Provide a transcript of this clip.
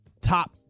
top